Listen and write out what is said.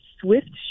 swift